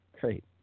Great